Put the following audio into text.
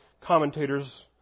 commentators